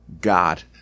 God